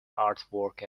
artwork